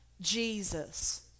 Jesus